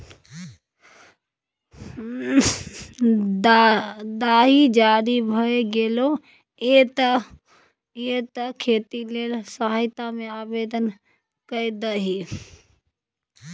दाही जारी भए गेलौ ये तें खेती लेल सहायता मे आवदेन कए दही